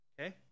okay